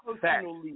personally